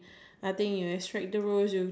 no you cannot whiten